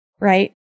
right